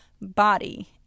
body